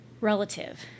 relative